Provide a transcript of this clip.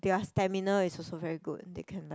their stamina is also very good they can like